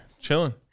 chilling